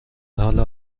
حال